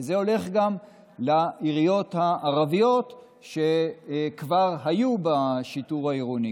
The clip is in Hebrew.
וזה הולך גם לעיריות הערביות שכבר היו בשיטור העירוני,